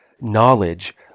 knowledge